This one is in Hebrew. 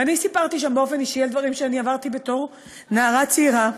ואני סיפרתי באופן אישי על דברים שעברתי בתור נערה צעירה,